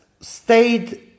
stayed